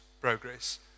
progress